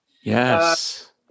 Yes